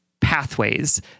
pathways